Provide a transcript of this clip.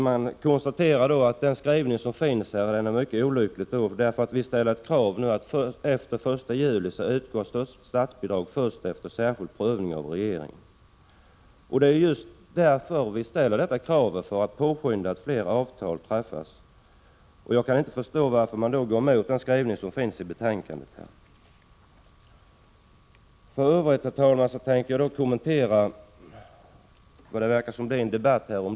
Man konstaterar att den skrivning som finns i betänkandet är mycket olycklig. Vi ställer där kravet att statsbidrag till avtal som träffas efter den 1 juli skall utgå först efter regeringens prövning. Det kravet ställer vi just för att påskynda att fler avtal träffas. Jag kan inte förstå varför man går emot den skrivning som finns i betänkandet. Herr talman! För övrigt vill jag något kommentera förslaget till åtgärder för deltidsarbetslösa.